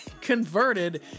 converted